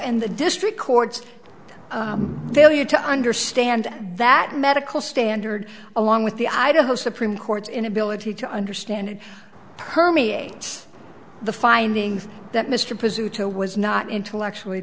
and the district courts failure to understand that medical standard along with the idaho supreme court's inability to understand it permeate the findings that mr positano was not intellectually